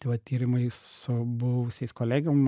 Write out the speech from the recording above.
tai va tyrimai su buvusiais kolegiom